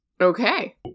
Okay